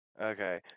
Okay